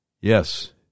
Yes